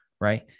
right